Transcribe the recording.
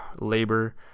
labor